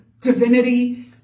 divinity